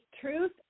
truth